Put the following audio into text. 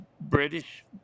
British